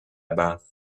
bas